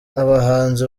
abahanzi